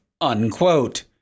unquote